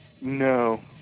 No